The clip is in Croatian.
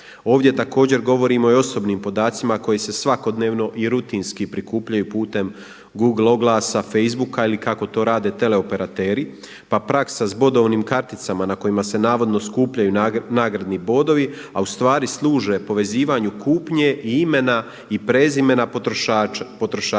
Ovdje također govorimo i o osobnim podacima koji se svakodnevno i rutinski prikupljaju putem google oglasa, facebooka ili kako to rade teleoperateri pa praksa s bodovnim karticama na kojima se navodno skupljaju nagradni bodovi a ustvari služe povezivanju kupnje i imena i prezimena potrošača,